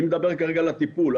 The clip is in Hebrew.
אני מדבר כרגע על הטיפול.